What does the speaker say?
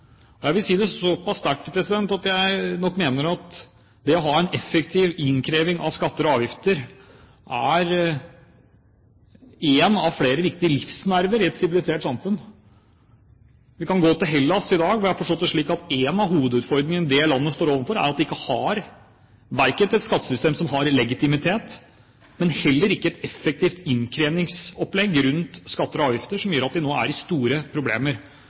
ha en effektiv innkreving av skatter og avgifter er en av flere viktige livsnerver i et sivilisert samfunn. Vi kan gå til Hellas i dag, hvor jeg har forstått det slik at en av hovedutfordringene det landet står overfor, er at de ikke har et skattesystem som har legitimitet, og heller ikke et effektivt innkrevingsopplegg for skatter og avgifter. Det gjør at de nå har store problemer.